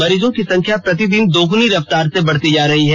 मरीजों की संख्या प्रतिदिन दोगुनी रफ्तार से बढ़ती जा रही है